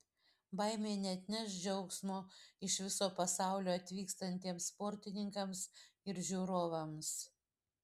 baimė neatneš džiaugsmo iš viso pasaulio atvykstantiems sportininkams ir žiūrovams